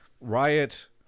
Riot